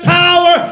power